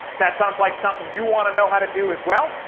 that sounds like something you wanna know how to do as well.